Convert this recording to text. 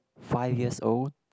five years old